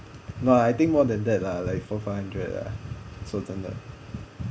no I think more than that lah like four five hundred 说真的